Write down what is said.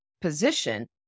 position